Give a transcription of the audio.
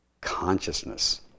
consciousness